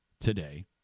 today